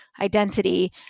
identity